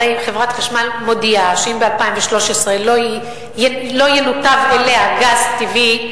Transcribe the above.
הרי חברת חשמל מודיעה שאם ב-2013 לא ינותב אליה גז טבעי,